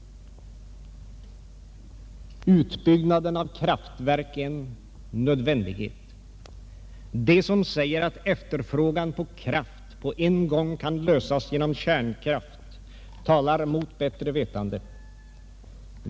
Utbyggnaden av kraftverk är en nödvändighet. De som säger att efterfrågan på kraft på en gång kan tillgodoses genom kärnkraft talar mot bättre vetande.